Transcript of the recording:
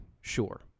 sure